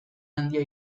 handia